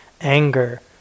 anger